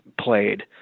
played